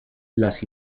las